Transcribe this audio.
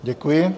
Děkuji.